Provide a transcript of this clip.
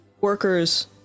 workers